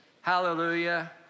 Hallelujah